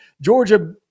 Georgia